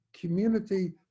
community